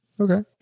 Okay